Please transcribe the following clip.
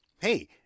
Hey